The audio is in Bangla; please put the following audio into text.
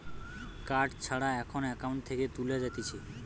কার্ড ছাড়া এখন একাউন্ট থেকে তুলে যাতিছে